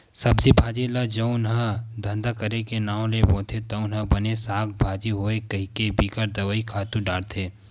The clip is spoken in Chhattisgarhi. सब्जी भाजी ल जउन ह धंधा करे के नांव ले बोथे तउन ह बने साग भाजी होवय कहिके बिकट दवई, खातू डारथे